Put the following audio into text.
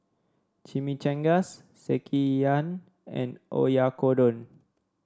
Chimichangas Sekihan and Oyakodon